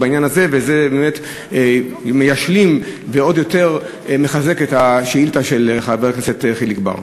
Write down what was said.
וזה משלים ומחזק עוד יותר את השאילתה של חבר הכנסת חיליק בר.